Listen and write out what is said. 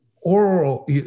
oral